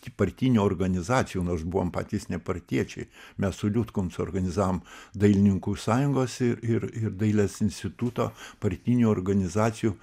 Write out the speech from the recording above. partinių organizacijų nors buvom patys ne partiečiai mes su liutkum suorganizavom dailininkų sąjungos ir ir ir dailės instituto partinių organizacijų